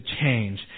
change